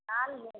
लाल लेंगे